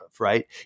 right